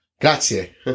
grazie